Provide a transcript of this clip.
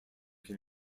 can